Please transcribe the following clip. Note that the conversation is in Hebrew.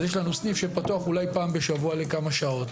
אז יש לנו סניף שפתוח אולי פעם בשבוע לכמה שעות,